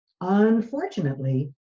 Unfortunately